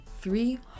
three